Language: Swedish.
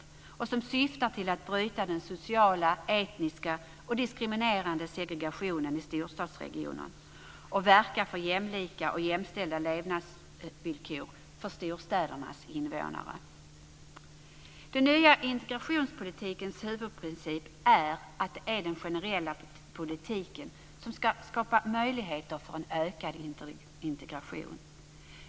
Detta syftar till att bryta den sociala, etniska och diskriminerande segregationen i storstadsregionerna och verka för jämlika och jämställda levnadsvillkor för storstädernas invånare. Den nya integrationspolitikens huvudprincip är att det är den generella politiken som ska skapa möjligheter för en ökad integration.